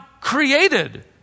created